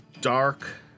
dark